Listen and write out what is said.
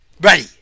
ready